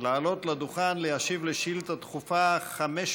לעלות לדוכן להשיב על שאילתה דחופה מס'